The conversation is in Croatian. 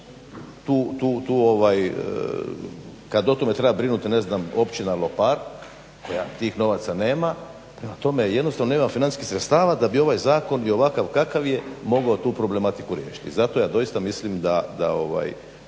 kad sutra o tome treba brinuti ne znam Općina Lopar koja tih novaca nema prema tome jednostavno nema financijskih sredstava da bi ovaj zakon i ovakav kakav je mogao tu problematiku riješiti. I zato ja doista mislim da